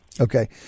Okay